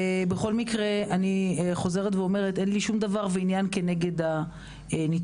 בכל מקרה אין לי שום דבר ועניין כנגד הניתוח